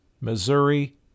Missouri